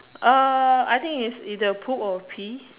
uh I think its either a poop or a pee